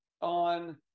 on